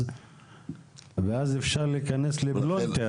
אפשר להיכנס לפלונטר.